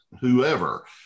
whoever